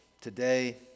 today